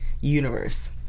universe